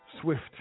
swift